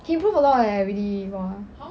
he improve a lot leh really !wah!